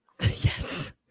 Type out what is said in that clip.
Yes